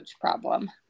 problem